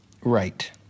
Right